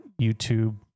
YouTube